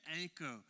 anchor